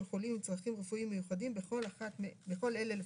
חולים עם צרכים רפואיים מיוחדים בכל אלה לפחות: